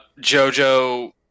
JoJo